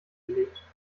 gelegt